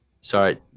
sorry